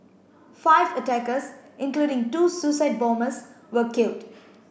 five attackers including two suicide bombers were killed